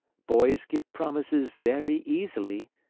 boys give promises very easily,